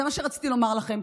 זה מה שרציתי לומר לכם.